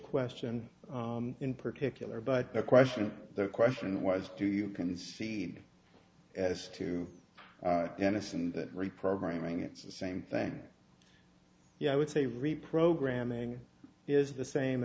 question in particular but the question the question was do you concede as to genesis in that reprogramming it's the same thing yeah i would say reprogramming is the same